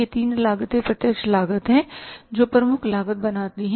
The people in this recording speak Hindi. ये तीन लागतें प्रत्यक्ष लागत हैं जो प्रमुख लागत बनाती हैं